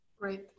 Great